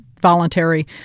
Voluntary